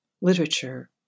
literature